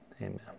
amen